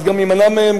אז גם יימנע מהם,